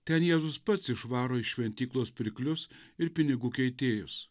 ten jėzus pats išvaro iš šventyklos pirklius ir pinigų keitėjus